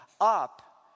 up